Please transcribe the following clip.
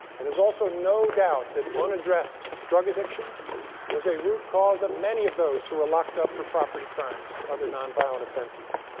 and there's also no doubt that unaddressed drug addiction was a root cause of many of those who were locked up for property crimes or other nonviolent offenses.